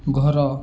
ଘର